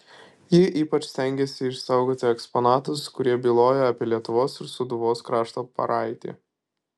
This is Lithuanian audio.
ji ypač stengėsi išsaugoti eksponatus kurie byloja apie lietuvos ir sūduvos krašto praeitį